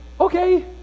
Okay